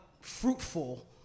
fruitful